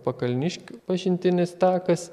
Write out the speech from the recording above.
pakalniškių pažintinis takas